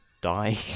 die